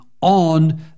on